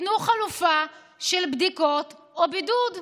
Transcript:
תנו חלופה של בדיקות או בידוד.